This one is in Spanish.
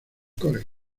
college